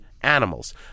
Animals